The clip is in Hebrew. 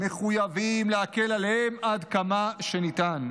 אנחנו מחויבים להקל עליהם עד כמה שניתן,